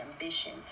ambition